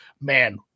man